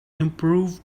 improved